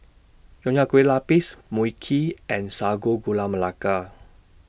Nonya Kueh Lapis Mui Kee and Sago Gula Melaka